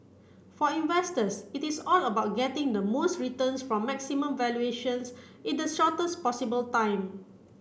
for investors it is all about getting the most returns from maximum valuations in the shortest possible time